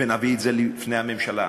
ונביא את זה לפני הממשלה,